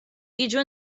jiġu